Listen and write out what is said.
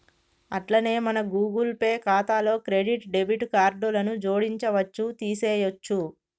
అట్లనే మన Google Pay ఖాతాలో క్రెడిట్ డెబిట్ కార్డులను జోడించవచ్చు తీసేయొచ్చు